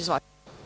Izvolite.